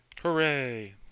Hooray